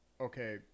okay